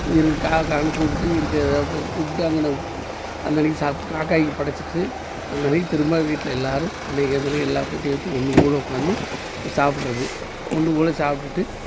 இருக்கு கா கான்னு கூப்பிட்டு இருக்க அதை கூப்பிட்டு அங்கன அந்த அன்னைக்கு சாப்பிட் காக்காய்க்கு படைச்சிவிட்டு அந்த அன்னைக்கு திரும்ப வீட்டில் எல்லாரும் அன்னைக்கு அந்த அன்னைக்கு எல்லாகூட்டையும் வச்சு ஒன்றுப்போல உட்காந்து ஒ சாப்பிட்றது ஒன்றுப்போல சாப்பிட்டுட்டு